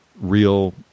real